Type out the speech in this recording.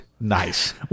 Nice